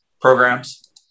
programs